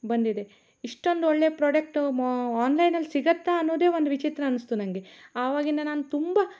ಬಂದಿದೆ ಇಷ್ಟೊಂದು ಒಳ್ಳೆ ಪ್ರೊಡಕ್ಟು ಮೋ ಆನ್ಲೈನಲ್ಲಿ ಸಿಗುತ್ತಾ ಅನ್ನೋದೆ ಒಂದು ವಿಚಿತ್ರ ಅನಿಸ್ತು ನಂಗೆ ಆವಾಗಿಂದ ನಾನು ತುಂಬ